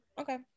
Okay